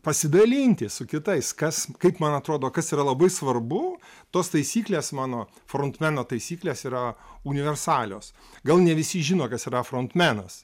pasidalinti su kitais kas kaip man atrodo kas yra labai svarbu tos taisyklės mano frontmeno taisyklės yra universalios gal ne visi žino kas yra frontmenas